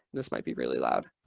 this might be really loud.